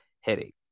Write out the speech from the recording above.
headache